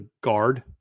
guard